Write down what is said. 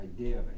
idea